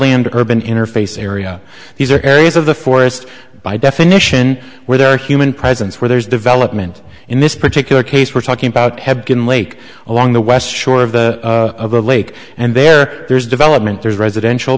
land urban interface area these are areas of the forest by definition where there are human presence where there's development in this particular case we're talking about have been lake along the west shore of the lake and there there's development there's residential